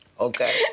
Okay